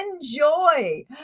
enjoy